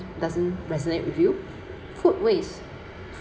doesn't resonate with you food waste